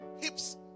Hips